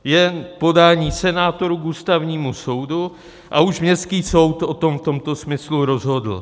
Je podání senátorů k Ústavnímu soudu a už městský soud o tom v tomto smyslu rozhodl.